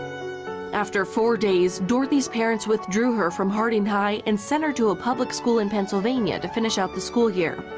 after four days, dorothy's parents withdrew her from harding high and sent her to a public school in pennsylvania to finish out the school year.